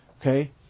Okay